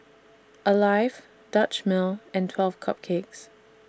Alive Dutch Mill and twelve Cupcakes